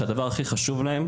שהדבר הכי חשוב להם,